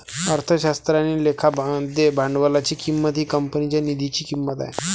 अर्थशास्त्र आणि लेखा मध्ये भांडवलाची किंमत ही कंपनीच्या निधीची किंमत आहे